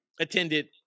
attended